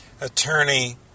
attorney